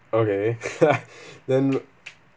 okay then